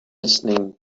listening